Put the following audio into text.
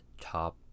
top